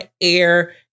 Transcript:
air